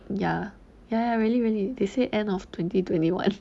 ya ya ya really really they say end of twenty twenty one